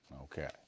Okay